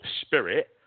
spirit